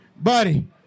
Buddy